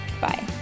Bye